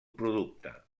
producte